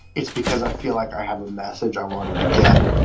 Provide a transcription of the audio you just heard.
it's because i feel like i have a message i want her to get,